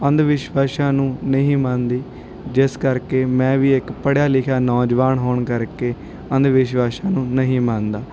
ਅੰਧ ਵਿਸ਼ਵਾਸਾਂ ਨੂੰ ਨਹੀਂ ਮੰਨਦੀ ਜਿਸ ਕਰਕੇ ਮੈਂ ਵੀ ਇੱਕ ਪੜ੍ਹਿਆ ਲਿਖਿਆ ਨੌਜਵਾਨ ਹੋਣ ਕਰਕੇ ਅੰਧ ਵਿਸ਼ਵਾਸਾਂ ਨੂੰ ਨਹੀਂ ਮੰਨਦਾ